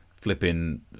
flipping